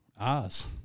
Oz